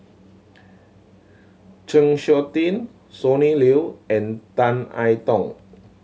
Chng Seok Tin Sonny Liew and Tan I Tong